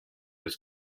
has